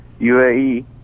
uae